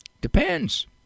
depends